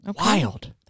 wild